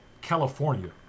California